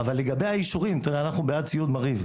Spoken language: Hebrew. אבל לגבי האישורים אנחנו בעד ציוד ---.